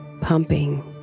pumping